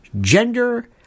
gender